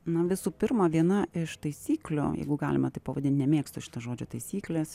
na visų pirma viena iš taisyklių jeigu galima taip pavadint nemėgstu aš šito žodžio taisyklės